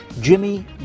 Jimmy